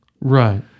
Right